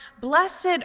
blessed